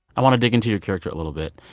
i want to dig into your character a little bit,